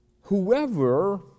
Whoever